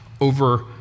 over